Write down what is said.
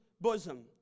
bosom